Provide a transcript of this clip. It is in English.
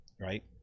Right